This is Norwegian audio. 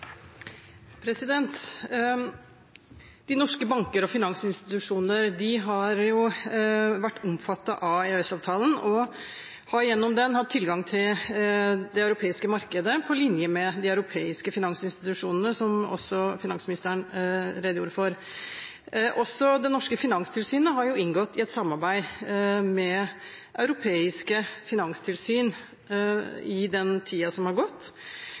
oppfølgingsspørsmål. De norske bankene og finansinstitusjonene har vært omfattet av EØS-avtalen og har gjennom den hatt tilgang til det europeiske markedet på linje med de europeiske finansinstitusjonene, noe også finansministeren redegjorde for. Også det norske finanstilsynet har inngått et samarbeid med europeiske finanstilsyn i den tiden som har gått.